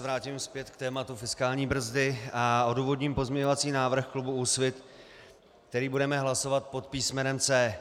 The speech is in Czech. Vrátím se zpět k tématu fiskální brzdy a odůvodním pozměňovací návrh klubu Úsvit, který budeme hlasovat pod písmenem C.